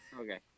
Okay